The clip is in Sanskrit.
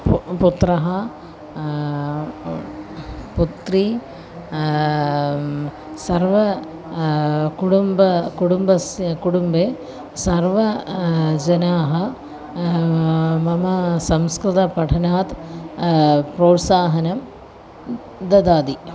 पु पुत्रः पुत्री सर्वं कुटुम्बे कुटुम्बस्य कुटुम्बे सर्वे जनाः मम संस्कृतपठनात् प्रोत्साहं ददाति